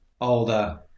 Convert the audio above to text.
older